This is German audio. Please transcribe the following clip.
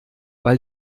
weil